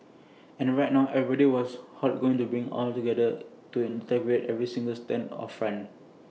and right now everybody was to bring IT all together to integrate every single stand of friend